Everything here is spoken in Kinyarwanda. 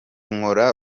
nkora